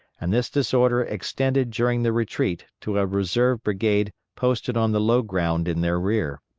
and this disorder extended during the retreat to a reserve brigade posted on the low ground in their rear.